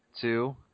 two